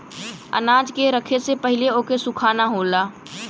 अनाज के रखे से पहिले ओके सुखाना होला